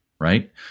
right